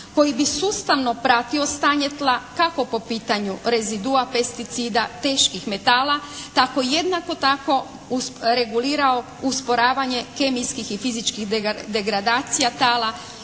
koji bi sustavno pratio stanje tla kako po pitanju rezidua pesticida teških metala tako, jednako tako regulirao usporavanje kemijskih i fizičkih degradacija tala